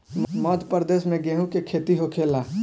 मध्यप्रदेश में गेहू के खेती होखेला